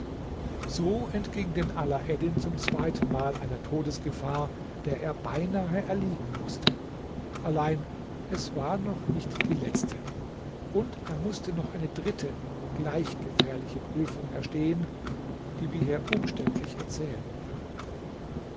so entging denn alaeddin zum zweitenmal einer todesgefahr der er beinahe erliegen mußte allein es war noch nicht die letzte und er mußte noch eine dritte gleich gefährliche prüfung erstehen die wir hier umständlich erzählen wollen